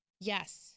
Yes